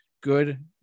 Good